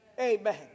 Amen